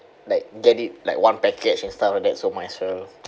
like get it like one package and stuff like that so might as well